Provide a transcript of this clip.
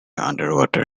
underwater